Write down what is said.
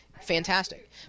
fantastic